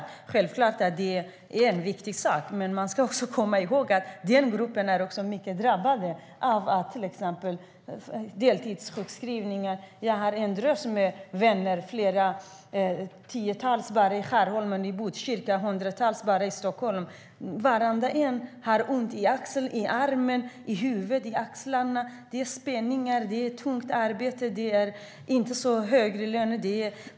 Det är självklart viktigt. Man ska också komma ihåg att den gruppen är mycket drabbad av till exempel deltidssjukskrivningar. Jag har många vänner, tiotals bara i Skärholmen och Botkyrka och hundratals bara i Stockholm. Varenda en har ont i axlarna, i armen, i huvudet. Det är spänningar, tungt arbete och inte så hög lön.